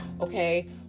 okay